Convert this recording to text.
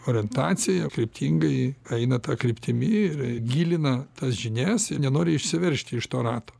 orientacija kryptingai eina ta kryptimi ir gilina tas žinias ir nenori išsiveržti iš to rato